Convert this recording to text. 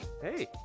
Hey